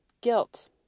guilt